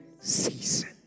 Season